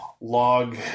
log